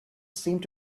seemed